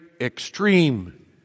extreme